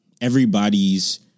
everybody's